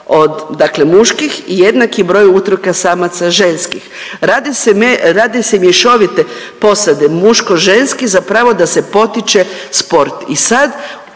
muških i jednaki broj utrka samaca ženskih. Radi se, rade se mješovite posade muško ženski zapravo da se potiče sport.